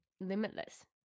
limitless